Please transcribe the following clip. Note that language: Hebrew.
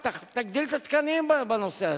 תגדיל את התקנים בנושא הזה,